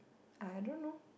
I don't know